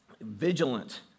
vigilant